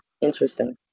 Interesting